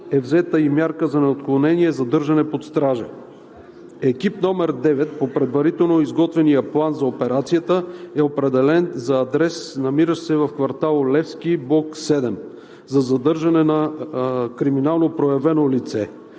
е взета и мярка за неотклонение „задържане под стража“. Екип № 9 по предварително изготвения план за операцията е определен за адрес, намиращ се в квартал „Левски“, блок 7 за задържане на криминално проявено лице.